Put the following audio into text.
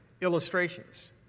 illustrations